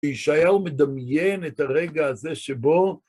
ישעיהו מדמיין את הרגע הזה שבו...